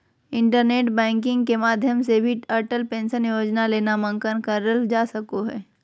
internet banking के माध्यम से भी अटल पेंशन योजना ले नामंकन करल का सको हय